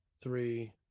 three